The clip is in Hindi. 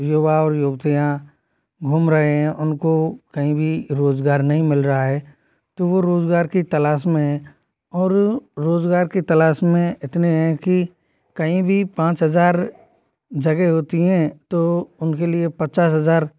युवा और युवतियाँ घूम रहे हैं उनको कहीं भी रोज़गार नहीं मिल रहा है तो वह रोज़गार की तलाश में और रोज़गार की तलाश में इतने हैं कि कहीं भी पाँच हज़ार जगह होती हैं तो उनके लिए पच्चास हज़ार